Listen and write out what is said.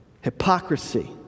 hypocrisy